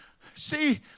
see